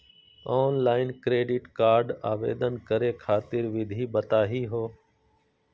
Online credit card आवेदन करे खातिर विधि बताही हो?